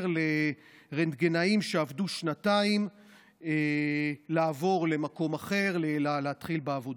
לרנטגנאים שעבדו שנתיים לעבור למקום אחר ולהתחיל בעבודה.